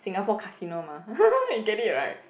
Singapore casino mah you get it right